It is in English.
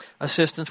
assistance